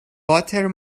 water